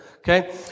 Okay